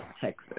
Texas